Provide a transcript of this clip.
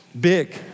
big